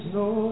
no